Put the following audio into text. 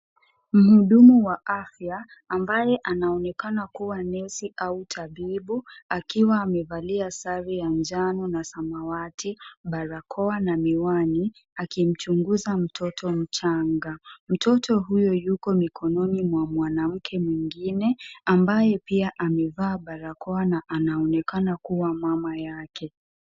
Mhudumu wa afya ambaye anaonekana kuwa nesi au tabibu akiwa amevalia sare ya njano na samwati, barakoa na miwani akimchunguza mtoto mchanga. Mtoto huyo yuko mikonini mwa mwanamke mwengine ambaye pia amevaa barakoa na anaonekana kuwa mama yake.